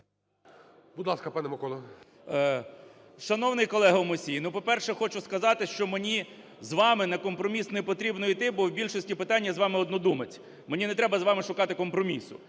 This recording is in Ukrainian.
КНЯЖИЦЬКИЙ М.Л. Шановний колего Мусій, ну, по-перше, хочу сказати, що мені з вами на компроміс не потрібно йти, бо в більшості питань я з вами однодумець, мені не треба з вами шукати компромісу.